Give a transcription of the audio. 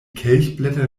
kelchblätter